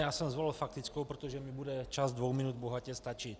Já jsem zvolil faktickou, protože mi bude čas dvou minut bohatě stačit.